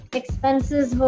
expenses